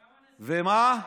ומה?